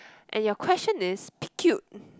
and your question is pick cute